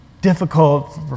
difficult